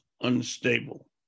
unstable